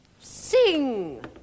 sing